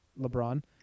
LeBron